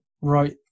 Right